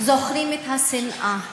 זוכרים את השנאה,